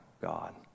God